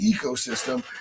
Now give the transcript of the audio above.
ecosystem